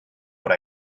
what